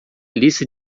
lista